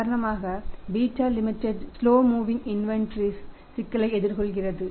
உதாரணமாக beta limited சிக்கலை எதிர்கொள்கிறது